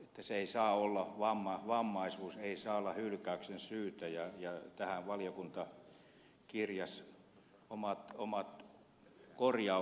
kyse ei saa olla niin vammaisuus ei saa olla hylkäyksen syy ja tähän valiokunta kirjasi omat korjauksensa